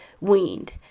weaned